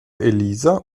elisa